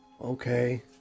Okay